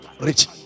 rich